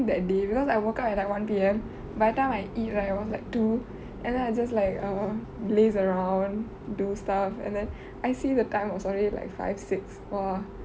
that day because I woke up at like one P_M by the time I eat right it was like two and then I just like err laze around do stuff and then I see the time was already like five six !wah!